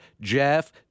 Jeff